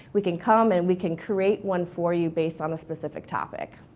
we can come and we can create one for you based on a specific topic.